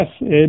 yes